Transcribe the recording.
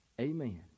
Amen